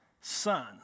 son